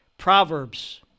Proverbs